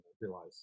realize